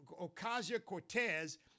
Ocasio-Cortez